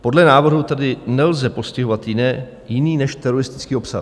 Podle návrhu tedy nelze postihovat jiný než teroristický obsah.